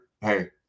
hey